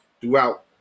throughout